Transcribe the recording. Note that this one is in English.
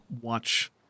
watch